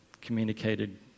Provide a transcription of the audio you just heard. communicated